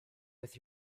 with